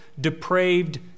depraved